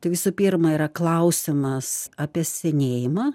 tai visų pirma yra klausimas apie senėjimą